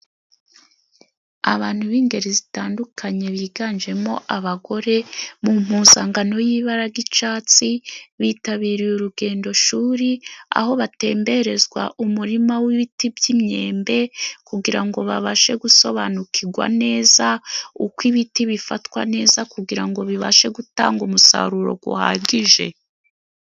abantu b'ingeri zitandukanye biganjemo abagore mu mpuzangano y'ibara ry'icatsi bitabiriye urugendoshuri aho batemberezwa umurima w'ibiti by'imyembe kugirango babashe gusobanukirwa neza uko ibiti bifatwa neza kugira ngo bibashe gutanga umusaruro guhagije